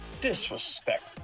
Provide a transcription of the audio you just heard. Disrespect